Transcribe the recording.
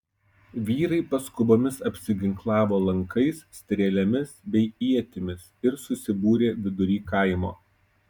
vyrai paskubomis apsiginklavo lankais strėlėmis bei ietimis ir susibūrė vidury kaimo